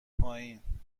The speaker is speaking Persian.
پایین